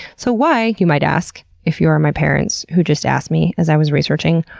so why, you might ask if you are my parents who just asked me as i was researching,